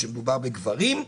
כשמדובר בגברים,